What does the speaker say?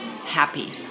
happy